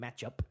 matchup